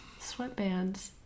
Sweatbands